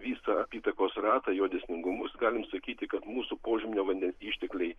visą apytakos ratą jo dėsningumus galim sakyti kad mūsų požeminio vandens ištekliai